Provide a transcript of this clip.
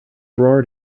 roared